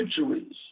centuries